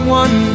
one